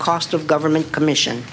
cost of government commission